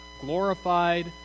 glorified